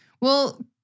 Well-